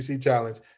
Challenge